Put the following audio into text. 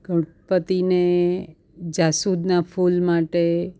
ગણપતિને જાસૂદના ફૂલ માટે